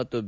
ಮತ್ತು ಬಿ